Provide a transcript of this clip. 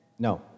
No